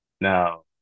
Now